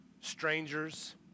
strangers